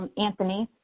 um anthony,